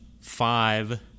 five